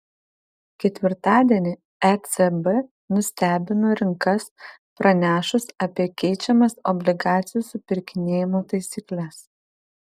ketvirtadienį ecb nustebino rinkas pranešus apie keičiamas obligacijų supirkinėjimo taisykles